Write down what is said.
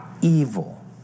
Evil